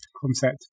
concept